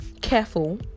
careful